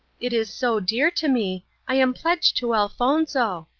it is so dear to me i am pledged to elfonzo.